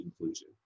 inclusion